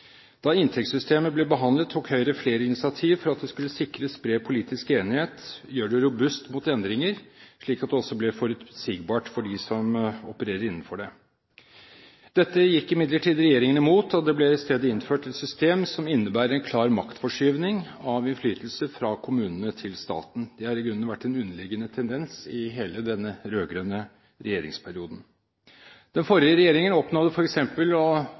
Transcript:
Da inntektssystemet ble behandlet, tok Høyre flere initiativ for at det skulle sikres bred politisk enighet, gjøre det robust mot endringer, slik at det også ble forutsigbart for dem som opererer innenfor det. Dette gikk imidlertid regjeringen imot, og det ble i stedet innført et system som innebærer en klar maktforskyvning av innflytelse fra kommunene til staten. Det har i grunnen vært en underliggende tendens i hele denne rød-grønne regjeringsperioden. Den forrige regjeringen oppnådde f.eks. å